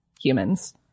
humans